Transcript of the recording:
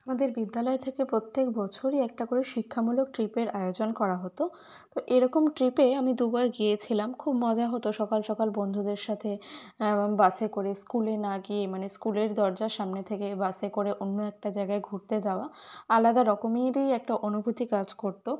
আমাদের বিদ্যালয় থেকে প্রত্যেক বছরই একটা করে শিক্ষামূলক ট্রিপের আয়োজন করা হতো তো এরকম ট্রিপে আমি দুবার গিয়েছিলাম খুব মজা হতো সকাল সকাল বন্ধুদের সাথে বাসে করে স্কুলে না গিয়ে মানে স্কুলের দরজার সামনে থেকে বাসে করে অন্য একটা জায়গায় ঘুরতে যাওয়া আলাদা রকমেরই একটা অনুভূতি কাজ করত